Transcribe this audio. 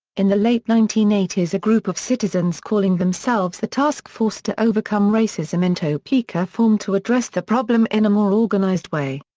in the late nineteen eighty s a group of citizens calling themselves the task force to overcome racism in topeka formed to address the problem in a more organized way.